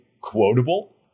quotable